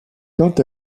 quant